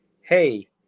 hey